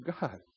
God